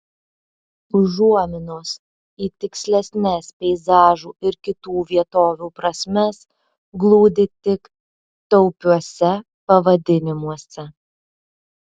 užuominos į tikslesnes peizažų ir kitų vietovių prasmes glūdi tik taupiuose pavadinimuose